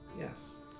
Yes